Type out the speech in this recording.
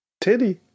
Titty